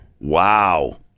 Wow